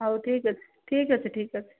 ହେଉ ଠିକ ଅଛି ଠିକ ଅଛି ଠିକ ଅଛି